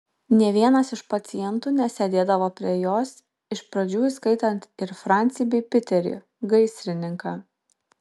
nė vienas iš pacientų nesėdėdavo prie jos iš pradžių įskaitant ir francį bei piterį gaisrininką